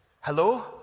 hello